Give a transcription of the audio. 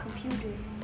computers